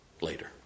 later